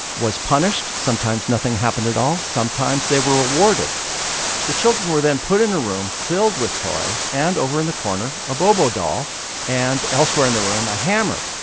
was punished. sometimes nothing happened at all. sometimes they were rewarded the children were then put in a room filled with toys and, over in the corner, a bobo doll and, elsewhere in the room, a hammer.